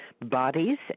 Bodies